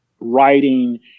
writing